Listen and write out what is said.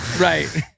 Right